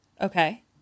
Okay